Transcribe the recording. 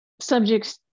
subjects